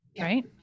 right